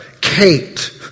Kate